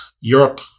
Europe